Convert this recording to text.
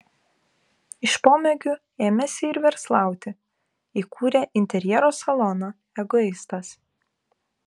iš pomėgių ėmėsi ir verslauti įkūrė interjero saloną egoistas